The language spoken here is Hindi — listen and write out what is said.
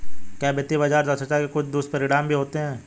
क्या वित्तीय बाजार दक्षता के कुछ दुष्परिणाम भी होते हैं?